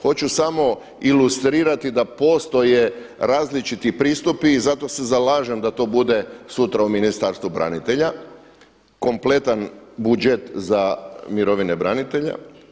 Hoću samo ilustrirati da postoje različiti pristupi i zato se zalažem da to bude sutra u Ministarstvu branitelja kompletan budžet za mirovine branitelja.